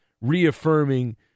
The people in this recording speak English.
reaffirming